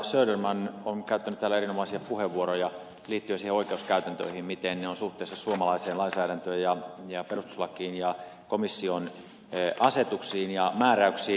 söderman on käyttänyt täällä erinomaisia puheenvuoroja liittyen oikeuskäytäntöihin miten ne ovat suhteessa suomalaiseen lainsäädäntöön ja perustuslakiin ja komission asetuksiin ja määräyksiin